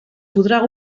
podrà